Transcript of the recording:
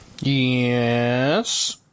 Yes